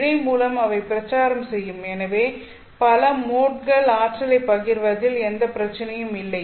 இழை மூலம் அவை பிரச்சாரம் செய்யும் எனவே பல மோட்கள் ஆற்றலைப் பகிர்வதில் எந்தப் பிரச்சினையும் இல்லை